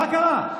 מה קרה?